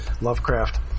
Lovecraft